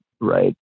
right